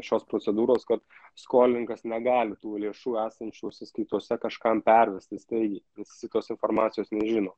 šios procedūros kad skolininkas negali tų lėšų esančių sąskaitose kažkam pervesti staigiai nes jisai tos informacijos nežino